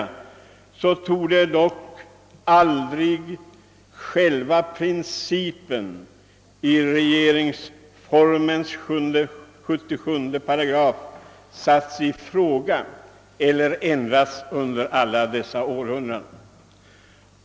Emellertid torde dock aldrig själva principen i regeringsformen § 77 ha satts i fråga eller ändrats under alla dessa århundraden.